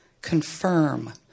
confirm